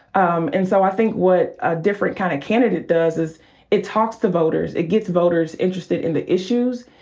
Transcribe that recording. um and so i think what a different kind of candidate does is it talks to voters, it gets voters interested in the issues.